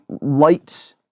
light